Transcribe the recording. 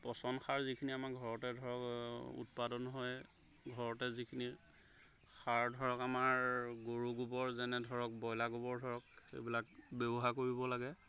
পচন সাৰ যিখিনি আমাৰ ঘৰতে ধৰক উৎপাদন হয় ঘৰতে যিখিনি সাৰ ধৰক আমাৰ গৰু গোবৰ যেনে ধৰক ব্ৰইলাৰ গোবৰ ধৰক এইবিলাক ব্যৱহাৰ কৰিব লাগে